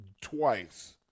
twice